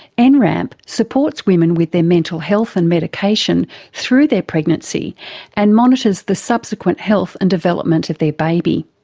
and nramp supports women with their mental health and medication through their pregnancy and monitors the subsequent health and development of their baby.